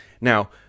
Now